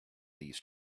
these